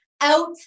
out